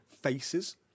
faces